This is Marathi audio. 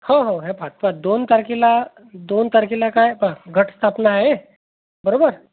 हो हो हे पहा पहा दोन तारखेला दोन तारखेला काय पहा घटस्थापना आहे बरोबर